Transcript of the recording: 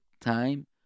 time